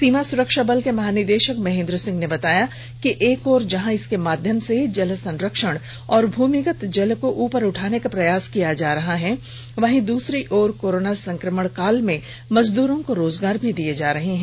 सीमा सुरक्षा बल के महानिरीक्षक महेन्द्र सिंह ने बताया कि एक ओर जहां इसके माध्यम से जल संरक्षण और भूमिंगत जल को ऊपर लाने का प्रयास किया जा रहा है वहीं दूसरी ओर कोरोना संकमण काल में मजदूरों को रोजगार भी दिए जा रहे हैं